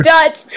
Dutch